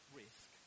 risk